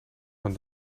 van